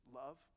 love